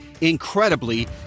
Incredibly